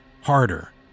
harder